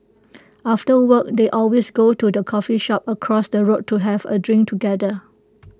after work they always go to the coffee shop across the road to have A drink together